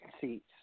seats